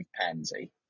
pansy